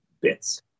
bits